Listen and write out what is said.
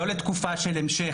לא לתקופה של המשך,